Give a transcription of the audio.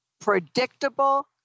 predictable